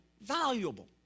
valuable